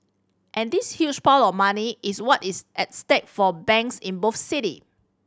and this huge pile of money is what is at stake for banks in both city